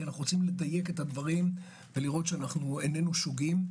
כי אנו רוצים לדייק את הדברים ולראות שאיננו שוגים.